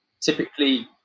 Typically